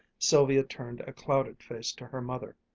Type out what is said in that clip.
sylvia turned a clouded face to her mother.